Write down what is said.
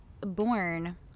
born